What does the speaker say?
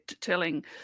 telling